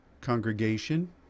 congregation